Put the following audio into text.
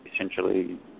essentially